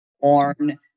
born